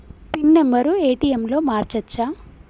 Pin number ATM లో మార్చచ్చా?